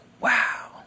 wow